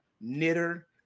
knitter